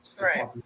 Right